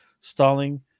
stalling